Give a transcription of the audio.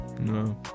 No